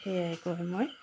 সেয়াই কৈ মই